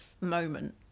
moment